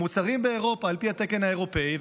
מוצרים באירופה על פי התקן האירופי,